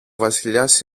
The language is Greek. βασιλιάς